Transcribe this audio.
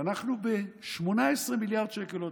ואנחנו ב-18 מיליארד שקל עודף.